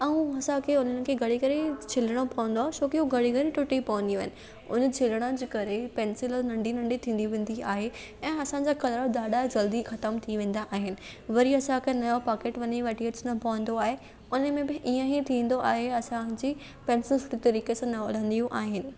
ऐं असांखे उन्हनि खे घड़ी घड़ी छिलिणो पवंदो आहे छो की उहे घड़ी घड़ी टुटी पवंदियूं आहिनि उन छिलण जे करे पेंसिल नंढी नंढी थींदी वेंदी आहे ऐं असांजा कलर ॾाढा जल्दी खतमु थी वेंदा आहिनि वरी असांखे नयो पॉकेट मनी वठी अचिणो पवंदो आहे उन में बि ईअं ई थींदो आहे असांजी पेंसिल सुठे तरीक़े सां न हलंदियूं आहिनि